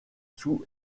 sous